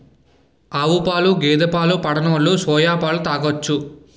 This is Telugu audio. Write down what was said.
ఆవుపాలు గేదె పాలు పడనోలు సోయా పాలు తాగొచ్చు